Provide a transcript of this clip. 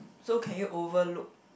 so can you overlook